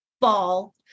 ball